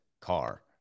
car